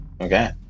Okay